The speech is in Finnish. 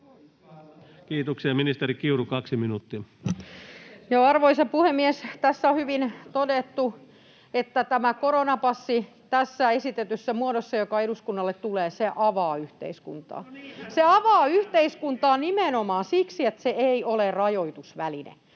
Kiitoksia. — Ministeri Kiuru, 2 minuuttia. Arvoisa puhemies! Tässä on hyvin todettu, että tämä koronapassi tässä esitetyssä muodossa, joka eduskunnalle tulee, avaa yhteiskuntaa. [Ben Zyskowicz: No niinhän se olisi